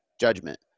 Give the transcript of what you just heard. Judgment